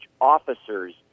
officer's